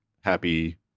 happy